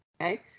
Okay